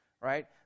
Right